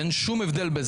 ואין שום הבדל.